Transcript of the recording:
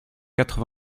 quatre